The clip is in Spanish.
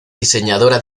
diseñadora